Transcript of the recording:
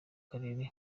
karere